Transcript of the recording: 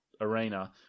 Arena